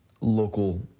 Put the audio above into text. local